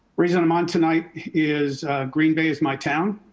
reason i'm on tonight is green bay is my town.